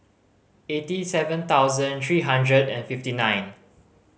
eighty seven thousand three hundred and fifty nine